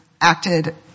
acted